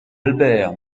albert